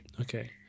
Okay